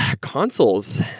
consoles